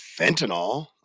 fentanyl